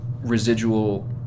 residual